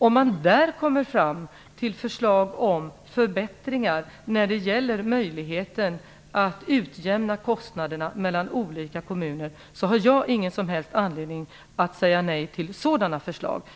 Om man där kommer fram till förslag om förbättringar när det gäller möjligheten att utjämna kostnaderna mellan olika kommuner har jag ingen som helst anledning att säga nej till sådana förslag.